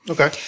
Okay